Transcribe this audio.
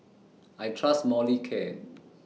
I Trust Molicare